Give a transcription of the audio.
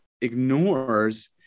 ignores